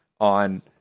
on